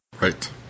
Right